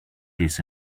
this